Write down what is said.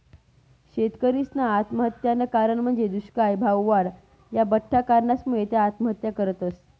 शेतकरीसना आत्महत्यानं कारण म्हंजी दुष्काय, भाववाढ, या बठ्ठा कारणसमुये त्या आत्महत्या करतस